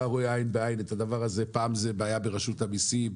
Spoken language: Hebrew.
רואה עין בעין את זה שפעם זו בעיה ברשות המיסים,